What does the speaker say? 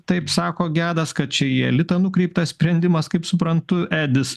taip sako gedas kad čia į elitą nukreiptas sprendimas kaip suprantu edis